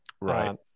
Right